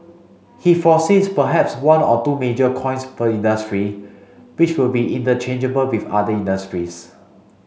he foresees perhaps one or two major coins per industry which will be interchangeable with other industries